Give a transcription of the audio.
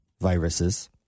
viruses